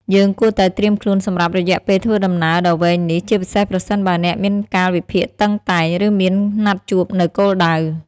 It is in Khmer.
យើងគួរតែត្រៀមខ្លួនសម្រាប់រយៈពេលធ្វើដំណើរដ៏វែងនេះ ជាពិសេសប្រសិនបើអ្នកមានកាលវិភាគតឹងតែង ឬមានណាត់ជួបនៅគោលដៅ។